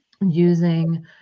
using